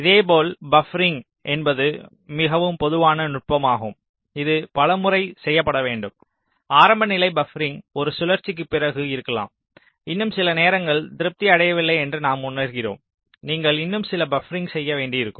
இதேபோல் பப்பரிங் என்பது மிகவும் பொதுவான நுட்பமாகும் இது பல முறை செய்யப்பட வேண்டும் ஆரம்ப நிலை பப்பரிங் 1 சுழற்சிக்குப் பிறகு இருக்கலாம் இன்னும் சில நேரங்கள் திருப்தி அடையவில்லை என நாம் உணர்கிறோம் நீங்கள் இன்னும் சில பப்பரிங் செய்ய வேண்டியிருக்கும்